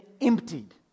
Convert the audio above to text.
emptied